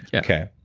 yeah okay,